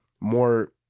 more